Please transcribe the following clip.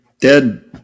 dead